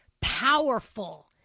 powerful